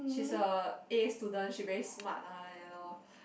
she's a A student she very smart ah and all